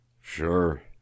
Sure